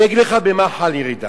אני אגיד במה חלה ירידה.